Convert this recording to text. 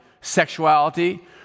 sexuality